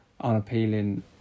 unappealing